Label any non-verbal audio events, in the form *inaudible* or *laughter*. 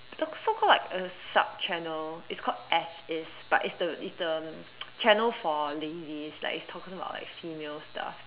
the so called like a sub channel it's called as is but is the is the *noise* channel for ladies like it's talk about female stuff